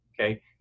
okay